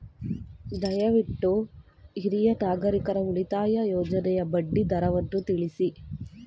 ದಯವಿಟ್ಟು ಹಿರಿಯ ನಾಗರಿಕರ ಉಳಿತಾಯ ಯೋಜನೆಯ ಬಡ್ಡಿ ದರವನ್ನು ತಿಳಿಸಿ